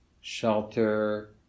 shelter